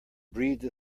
breathed